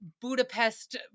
budapest